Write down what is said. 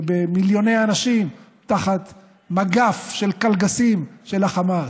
מיליוני אנשים תחת מגף של קלגסים של החמאס.